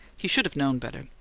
he should have known better,